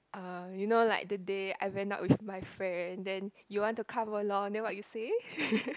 uh you know like the day I went out with my friend then you want to come along then what you say